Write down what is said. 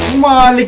law like